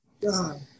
God